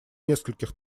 нескольких